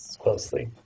closely